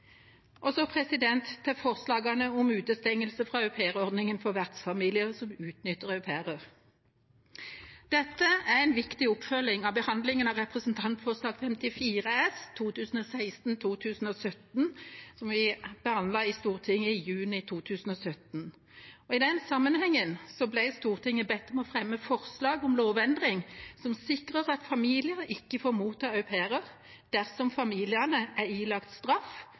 Så til forslagene om utestengelse fra aupairordningen for vertsfamilier som utnytter au pairer. Dette er en viktig oppfølging av behandlingen av Dokument 8:54 S for 2016–2017, som vi behandlet i Stortinget i juni 2017. I den sammenhengen ble Stortinget bedt om å fremme forslag om lovendring, som sikrer at familier ikke får motta au pairer, dersom familiene er ilagt straff